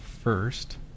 first